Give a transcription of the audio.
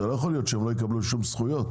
ולא יכול להיות שהם לא יקבלו שום זכויות.